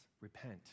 repent